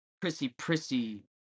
prissy-prissy